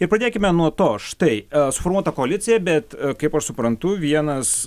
ir pradėkime nuo to štai suformuota koalicija bet kaip aš suprantu vienas